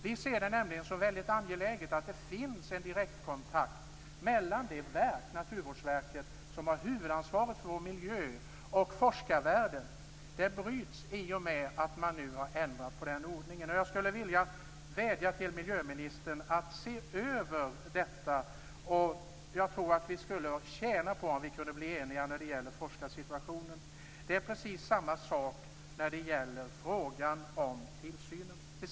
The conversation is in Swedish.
Vi ser det nämligen som väldigt angeläget att det finns en direktkontakt mellan Naturvårdsverket, det verk som har huvudansvaret för vår miljö, och forskarvärlden. Den bryts i och med dessa neddragningar. Jag skulle vilja vädja till miljöministern att se över detta. Jag tror att vi skulle tjäna på att bli eniga beträffande forskarsituationen. Precis samma sak gäller i frågan om tillsynen.